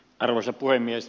arvoisa puhemies